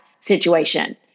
situation